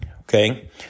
okay